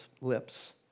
lips